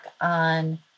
on